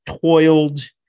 toiled